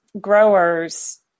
growers